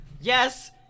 Yes